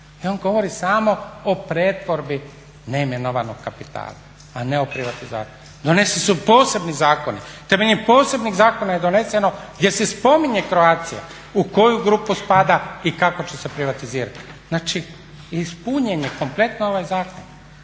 i on govori samo o pretvorbi neimenovanog kapitala, a ne o privatizaciji. Doneseni su posebni zakoni. Temeljem posebnih zakona je doneseno gdje se spominje Croatia u koju grupu spada i kako će se privatizirati. Znači ispunjen je kompletno ovaj zakon,